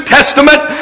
Testament